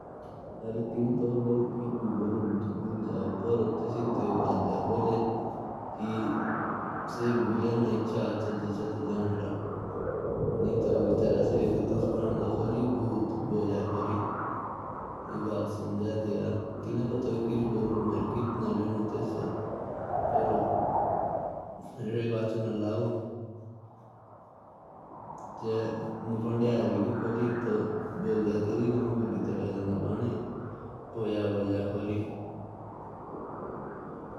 उसने तुझे चाहे कुक्स भी बोला होगा ना तो अगर मुझे पता चल गया होगा ना तो फिर देख लेना।